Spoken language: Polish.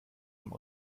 mam